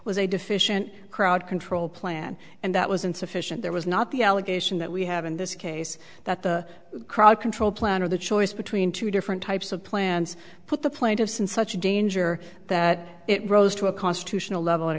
a deficient crowd control plan and that was insufficient there was not the allegation that we have in this case that the crowd control plan or the choice between two different types of plans put the plaintiffs in such danger that it rose to a constitutional level